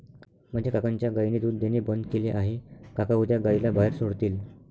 माझ्या काकांच्या गायीने दूध देणे बंद केले आहे, काका उद्या गायीला बाहेर सोडतील